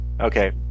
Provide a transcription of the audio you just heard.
okay